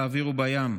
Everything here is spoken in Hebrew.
באוויר ובים.